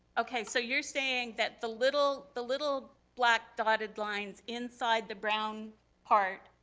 okay so you're saying that the little the little black dotted lines inside the brown part,